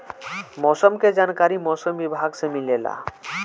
मौसम के जानकारी मौसम विभाग से मिलेला?